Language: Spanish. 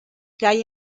kay